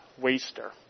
waster